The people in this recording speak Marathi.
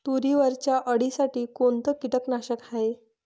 तुरीवरच्या अळीसाठी कोनतं कीटकनाशक हाये?